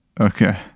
Okay